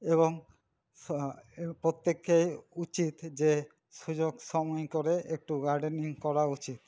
এবং প্রত্যেকের উচিত যে সুযোগ সময় করে একটু গার্ডেনিং করা উচিত